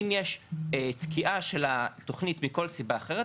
אם יש תקיעה של התוכנית מכל סיבה אחרת,